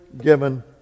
given